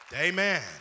Amen